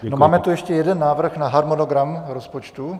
A máme tu ještě jeden návrh na harmonogram rozpočtu.